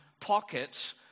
pockets